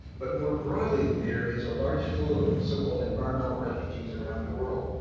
but more broadly, there is a large flow of so-called environmental refugees around world.